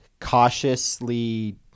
cautiously